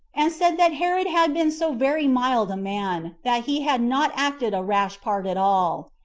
and said that herod had been so very mild a man, that he had not acted a rash part at all.